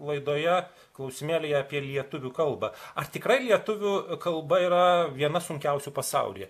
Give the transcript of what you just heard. laidoje klausimėlyje apie lietuvių kalbą ar tikrai lietuvių kalba yra viena sunkiausių pasaulyje